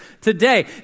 today